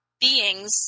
beings